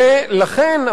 ולכן,